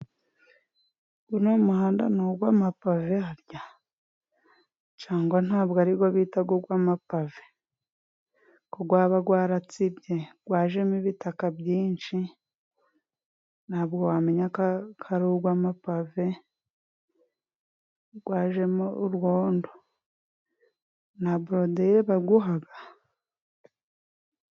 Uno muhanda ni uw'amapave harya? Cyangwa nta bwo ari uwo bita uw'amapave? Ko waba warasibye? Wajemo ibitaka byinshi nta bwo wamenya ko wari uw'amapave. Wajemo urwondo, nta borudire bawuhaye?